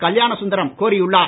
கல்யாணசுந்தரம் கோரியுள்ளார்